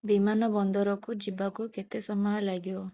ବିମାନ ବନ୍ଦରକୁ ଯିବାକୁ କେତେ ସମୟ ଲାଗିବ